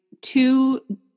two